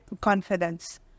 confidence